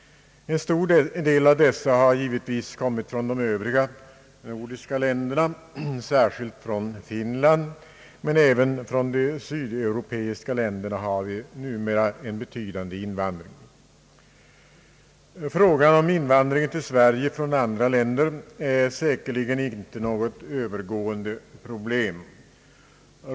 En stor del av dessa har givetvis kommit från de övriga nordiska länderna, särskilt från Finland, men även från de sydeuropeiska länderna har vi numera en betydande invandring. Frågan om invandring till Sverige från andra länder är säkerligen inte något övergående problem.